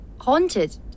Haunted